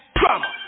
drama